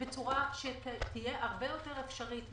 בצורה שתהיה הרבה יותר אפשרית,